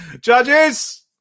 Judges